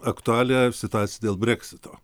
aktualija situacija dėl breksito